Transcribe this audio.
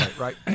right